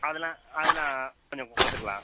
அதுலாம் அதெலாம் கொஞ்சம் கொடுத்துக்கலாம்